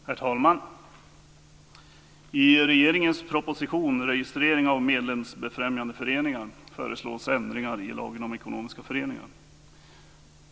Herr talman! I regeringens proposition om registrering av medlemsfrämjande föreningar föreslås ändringar i lagen om ekonomiska föreningar.